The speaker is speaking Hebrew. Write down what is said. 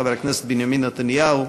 חבר הכנסת בנימין נתניהו,